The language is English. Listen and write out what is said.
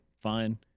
fine